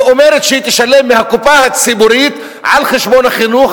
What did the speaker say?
ואומרת שהיא תשלם מהקופה הציבורית על חשבון החינוך,